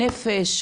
נפש,